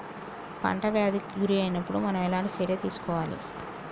పంట వ్యాధి కి గురి అయినపుడు మనం ఎలాంటి చర్య తీసుకోవాలి?